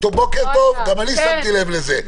בוקר טוב, גם אני שמתי לב לזה.